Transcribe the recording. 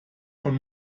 von